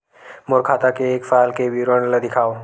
मोर खाता के एक साल के विवरण ल दिखाव?